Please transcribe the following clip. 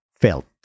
felt